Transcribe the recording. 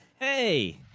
Hey